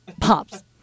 Pops